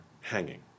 hanging